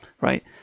right